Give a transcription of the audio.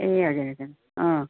ए हजुर हजुर अँ